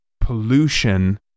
pollution